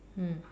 mm